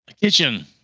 kitchen